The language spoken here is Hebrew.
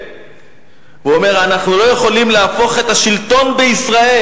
הוא אומר: אנחנו לא יכולים להפוך את השלטון בישראל.